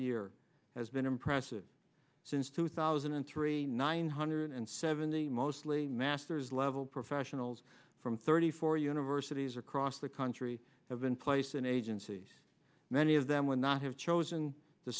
year has been impressive since two thousand and three nine hundred seventy mostly master's level professionals from thirty four universities across the country have been placed in agencies many of them would not have chosen to